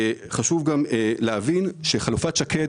חשוב להבין שחלופת שקד,